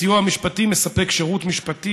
הסיוע המשפטי מספק שירות משפטי,